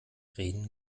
reden